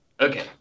okay